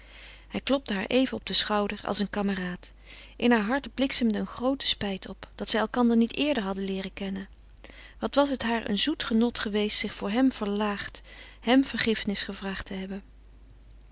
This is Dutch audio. hij klopte haar even op den schouder als een kameraad in haar hart bliksemde een groote spijt op dat zij elkander niet eerder hadden leeren kennen wat was het haar een zoet genot geweest zich voor hem verlaagd hem vergiffenis gevraagd te hebben